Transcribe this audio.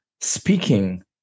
speaking